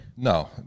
No